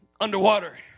underwater